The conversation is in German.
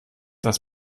das